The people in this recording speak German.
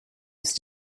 ist